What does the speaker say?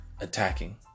attacking